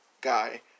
guy